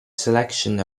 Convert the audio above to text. selection